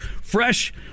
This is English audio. fresh